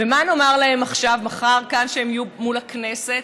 ומה נאמר להם מחר כשהם יהיו מול הכנסת?